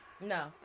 No